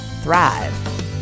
thrive